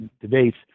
debates